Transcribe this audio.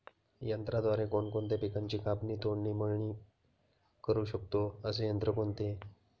यंत्राद्वारे कोणकोणत्या पिकांची कापणी, तोडणी, मळणी करु शकतो, असे यंत्र कोणते?